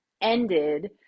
ended